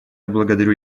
благодарю